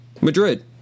madrid